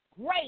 great